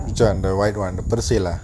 which one the white one persil ah